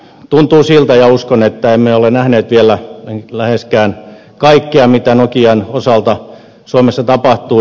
tuntuu siltä ja uskon että emme ole nähneet vielä läheskään kaikkea mitä nokian osalta suomessa tapahtuu